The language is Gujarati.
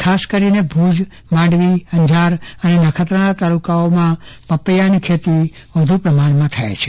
ખાસ કરીને ભૂજ માંડવી અંજાર અને નખત્રાણા તાલુકામાં પપૈયાની ખેતી વધુ પ્રમાણમાં થાય છે